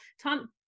Tom